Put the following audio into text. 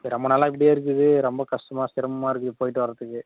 இது ரொம்ப நாளாக இப்படியே இருக்குது ரொம்ப கஷ்டமாக சிரமமாக இருக்குது போய்ட்டு வர்றதுக்கு